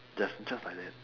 just just like that